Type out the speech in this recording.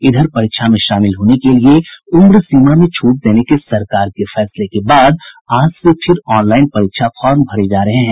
इधर परीक्षा में शामिल होने के लिए उम्र सीमा में छूट देने के सरकार के फैसले के बाद आज से फिर ऑनलाईन परीक्षा फार्म भरे जा रहे हैं